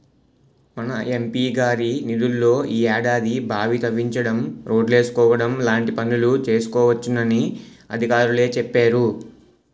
మన ఎం.పి గారి నిధుల్లో ఈ ఏడాది బావి తవ్వించడం, రోడ్లేసుకోవడం లాంటి పనులు చేసుకోవచ్చునని అధికారులే చెప్పేరు